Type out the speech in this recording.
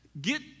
Get